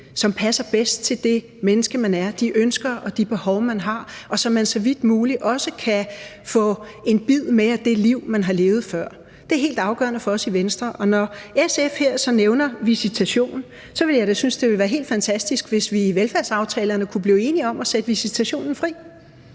som passer bedst til det menneske, man er, de ønsker og de behov, man har, og så man så vidt muligt også kan få en bid med af det liv, man har lavet et før. Det er helt afgørende for os i Venstre. Når SF så her nævner visitation, ville jeg da synes, det ville være helt fantastisk, hvis vi i velfærdsaftalerne kunne blive enige om at sætte visitationen fri.